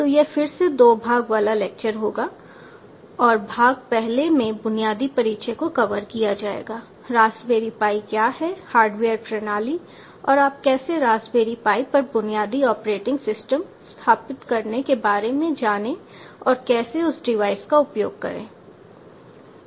तो यह फिर से 2 भाग वाला लेक्चर होगा और भाग पहले भाग में बुनियादी परिचय को कवर किया जाएगा रास्पबेरी पाई क्या है हार्डवेयर प्रणाली और आप कैसे रास्पबेरी पाई पर बुनियादी ऑपरेटिंग सिस्टम स्थापित करने के बारे में जाने और कैसे उस डिवाइस का उपयोग करें